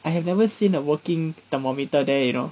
I have never seen a working thermometer there you know